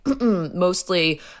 mostly